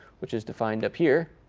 which is defined up here.